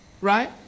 Right